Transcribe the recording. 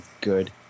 good